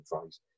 phrase